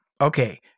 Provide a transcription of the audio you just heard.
Okay